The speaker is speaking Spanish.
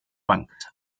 banks